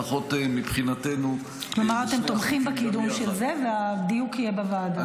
לפחות מבחינתנו -- כלומר אתם תומכים בקידום של זה והדיוק יהיה בוועדה.